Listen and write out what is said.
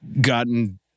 gotten